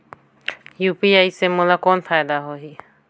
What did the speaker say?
UPI से मोला कौन फायदा होही?